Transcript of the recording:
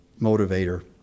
motivator